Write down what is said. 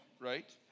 right